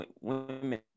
women